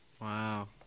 Wow